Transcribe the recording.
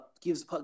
gives